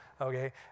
okay